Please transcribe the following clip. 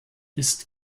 ist